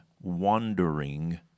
wandering